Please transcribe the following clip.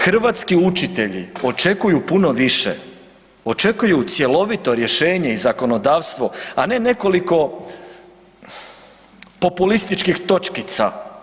Hrvatski učitelji očekuju puno više, očekuju cjelovito rješenje i zakonodavstvo, a ne nekoliko populističkih točkica.